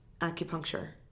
acupuncture